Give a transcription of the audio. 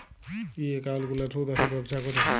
ই account গুলার সুদ আসে ব্যবছা ক্যরে